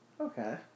Okay